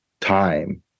time